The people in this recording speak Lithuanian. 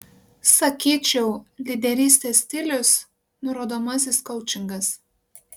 sakyčiau lyderystės stilius nurodomasis koučingas